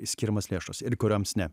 skiriamos lėšos ir kurioms ne